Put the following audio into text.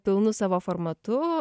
pilnu savo formatu